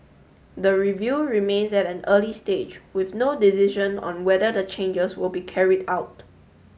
the review remains at an early stage with no decision on whether the changes will be carried out